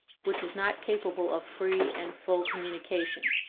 which is not capable of free and full communication.